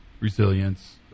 resilience